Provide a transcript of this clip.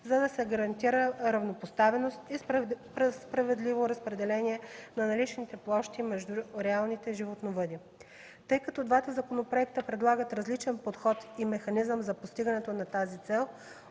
за да се гарантира равнопоставеност и справедливо разпределение на наличните площи между реалните животновъди. Тъй като двата законопроекта предлагат различен подход и механизъм за постигането на тази цел,